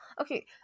okay